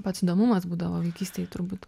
pats įdomumas būdavo vaikystėj turbūt